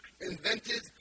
invented